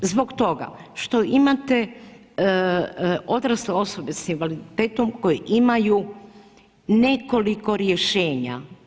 Zbog toga što imate odrasle osobe sa invaliditetom koje imaju nekoliko rješenja.